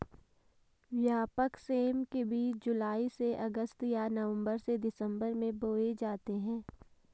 व्यापक सेम के बीज जुलाई से अगस्त या नवंबर से दिसंबर में बोए जाते हैं